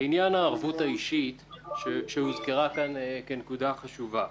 לעניין הערבות האישית שהוזכרה כאן כנקודה חשובה.